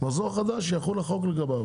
אז המחזור החדש יחול החוק לגביו.